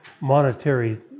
monetary